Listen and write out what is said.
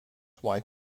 wife